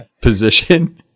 position